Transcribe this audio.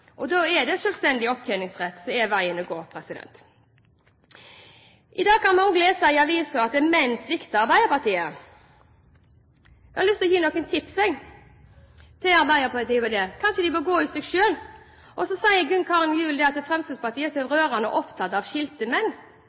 foreldre. Da er selvstendig opptjeningsrett veien å gå. I dag kan vi også lese i avisen at menn svikter Arbeiderpartiet. Jeg har lyst til å gi et tips til Arbeiderpartiet: Kanskje de bør gå i seg selv. Så sier Gunn Karin Gjul at Fremskrittspartiet er så rørende opptatt av skilte menn.